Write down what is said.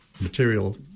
material